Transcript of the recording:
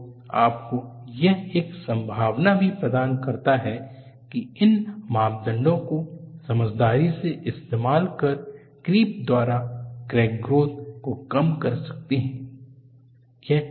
तो आपको यह एक संभावना भी प्रदान करता है की इन मापदंडों को समझदारी से इस्तेमाल कर क्रीप द्वारा क्रैक ग्रोथ को कम कर सकते है'